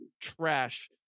trash